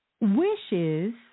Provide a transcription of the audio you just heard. wishes